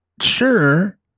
sure